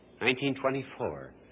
1924